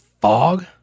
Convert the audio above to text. fog